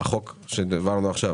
החוק שהעברנו עכשיו.